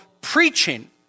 preaching